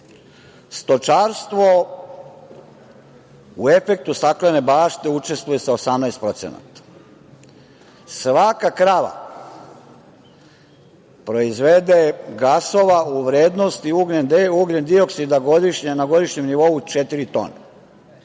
Stočarstvo, u efektu staklene bašte, učestvuje sa 18%. Svaka krava proizvede gasova u vrednosti ugljendioksida na godišnjem nivou četiri